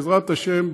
בעזרת השם,